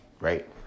Right